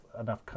enough